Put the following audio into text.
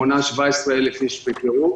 מונה 17,000 איש בקירוב.